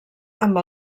amb